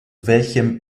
welchem